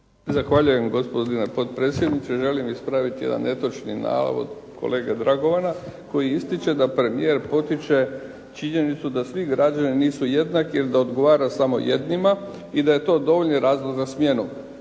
Zahvaljujem gospodine potpredsjedniče. Želim ispraviti jedan netočni navod kolege Dragovana, koji ističe da premijer potiče činjenicu da svi građani nisu jednaki jel' da odgovara samo jednima i da je to dovoljni razlog za smjenu.